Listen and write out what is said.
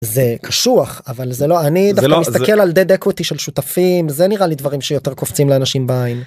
זה קשוח אבל זה לא אני לא מסתכל על דקותי של שותפים זה נראה לי דברים שיותר קופצים לאנשים בעין.